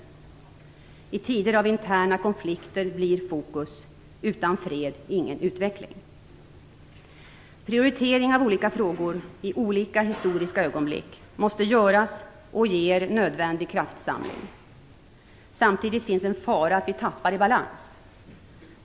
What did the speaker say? I tider av interna konflikter blir fokus: "Utan fred, ingen utveckling." Prioritering av olika frågor i olika historiska ögonblick måste göras och ger nödvändig kraftsamling. Samtidigt finns en fara att vi tappar i balans.